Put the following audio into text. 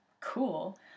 cool